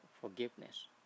forgiveness